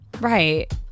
right